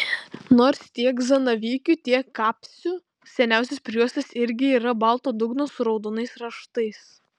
nors tiek zanavykių tiek kapsių seniausios prijuostės irgi yra balto dugno su raudonais raštais